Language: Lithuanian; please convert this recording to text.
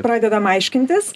pradedam aiškintis